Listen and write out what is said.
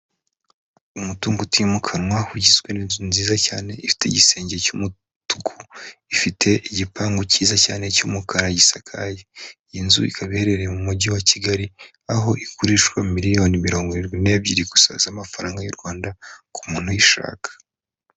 Umutungo utimukanwa ugizwe n'inzu nziza cyane ifite igisenge cy'umutuku, ifite igipangu cyiza cyane cy'umukara gisakaye, iyi nzu ikaba iherereye mu Mujyi wa Kigali aho igurishwa miliyoni mirongo irindwi n'ebyiri gusa z'amafaranga y'u Rwanda ku muntu uyishaka.